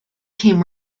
came